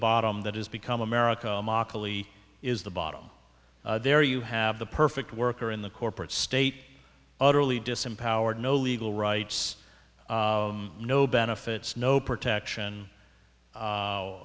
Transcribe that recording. bottom that has become america is the bottom there you have the perfect worker in the corporate state utterly disempowered no legal rights no benefits no protection